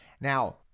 now